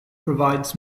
provides